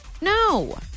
No